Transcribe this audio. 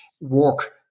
work